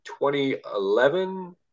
2011